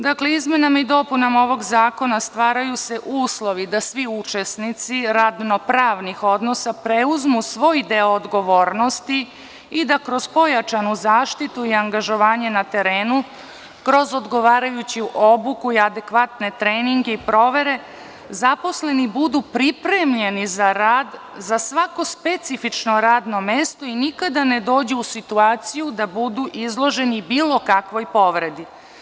Dakle, izmenama i dopunama ovog zakona stvaraju se uslovi da svi učesnici radno-pravnih odnosa preuzmu svoj deo odgovornosti i da kroz pojačanu zaštitu i angažovanje na terenu kroz odgovarajuću obuku i adekvatne treninge i provere zaposleni budu pripremljeni za rad za svako specifično radno mesto i nikada ne dođu u situaciju da budu izloženi bilo kakvoj povredi.